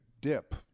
dip